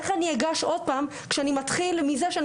איך אני אגש עוד כשאני מתחיל מזה שאני